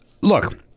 look